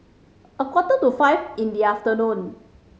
a quarter to five in the afternoon